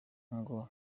ngo